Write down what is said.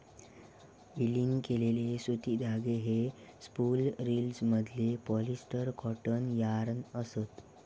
विलीन केलेले सुती धागे हे स्पूल रिल्समधले पॉलिस्टर कॉटन यार्न असत